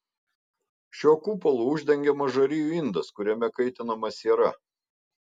šiuo kupolu uždengiamas žarijų indas kuriame kaitinama siera